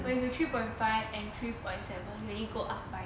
but if you three point five and three point seven maybe go up by